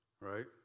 right